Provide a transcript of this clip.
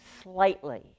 slightly